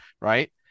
right